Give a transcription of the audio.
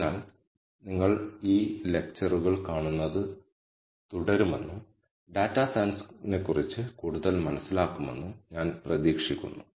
അതിനാൽ നിങ്ങൾ ഈ ലെക്ച്ചറുകൾ കാണുന്നത് തുടരുമെന്നും ഡാറ്റാ സയൻസിനെക്കുറിച്ച് കൂടുതൽ മനസ്സിലാക്കുമെന്നും ഞാൻ പ്രതീക്ഷിക്കുന്നു